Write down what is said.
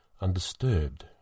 undisturbed